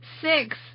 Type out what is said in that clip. Six